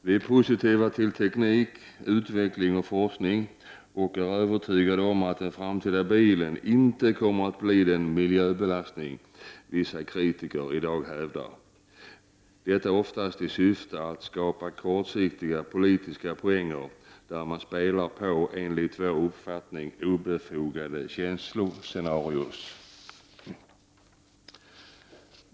Vi är positiva till teknik, utveckling och forskning och är övertygade om att den framtida bilen inte kommer att bli den miljöbelastning som vissa kritiker i dag hävdar. Detta sker oftast i syfte att skapa kortsiktiga politiska poänger, där man enligt vår uppfattning spelar på obefogade känsloscenarion.